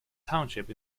township